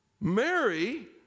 Mary